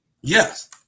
Yes